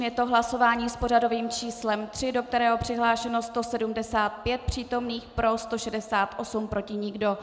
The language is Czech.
Je to hlasování s pořadovým číslem 3, do kterého je přihlášeno 175 přítomných, pro 168, proti nikdo.